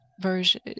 version